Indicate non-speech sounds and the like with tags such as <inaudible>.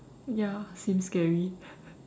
ya seems scary <breath>